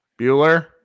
Bueller